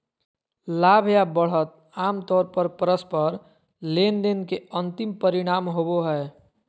लाभ या बढ़त आमतौर पर परस्पर लेनदेन के अंतिम परिणाम होबो हय